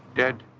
dead.